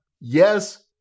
Yes